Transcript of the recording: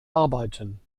arbeiten